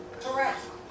Correct